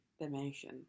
dimension